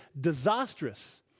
disastrous